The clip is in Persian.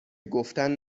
گفتن